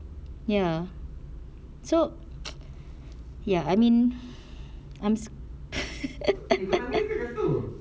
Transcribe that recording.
ya so ya I mean I'm s~